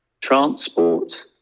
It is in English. transport